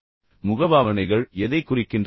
அவர்களின் முகபாவனைகள் எதைக் குறிக்கின்றன